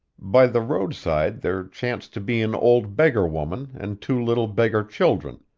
by the roadside there chanced to be an old beggar woman and two little beggar-children,